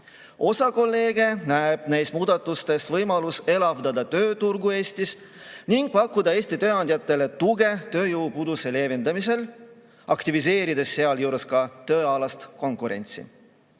Osa kolleege näeb neis muudatustes võimalust elavdada tööturgu Eestis ning pakkuda Eesti tööandjatele tuge tööjõupuuduse leevendamisel, aktiviseerides sealjuures ka tööalast konkurentsi.